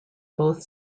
both